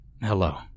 hello